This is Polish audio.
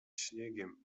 śniegiem